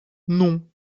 non